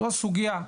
זו סוגייה.